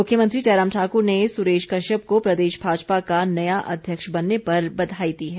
मुख्यमंत्री जयराम ठाकुर ने सुरेश कश्यप को प्रदेश भाजपा का नया अध्यक्ष बनने पर बधाई दी है